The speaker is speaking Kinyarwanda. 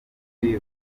bombi